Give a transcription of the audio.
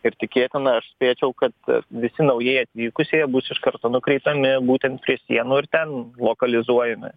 ir tikėtina aš spėčiau kad visi naujai atvykusieji bus iš karto nukreipiami būtent prie sienų ir ten lokalizuojami